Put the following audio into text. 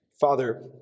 Father